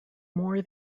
more